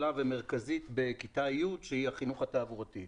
גדולה ומרכזית בכיתה י' שהיא החינוך התעבורתי.